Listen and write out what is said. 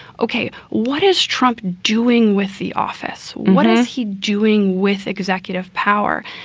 ok. what is trump doing with the office? what is he doing with executive power?